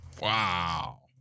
Wow